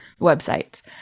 websites